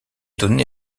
donné